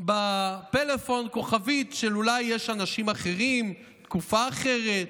בפלאפון כוכבית שאולי יש אנשים אחרים, תקופה אחרת,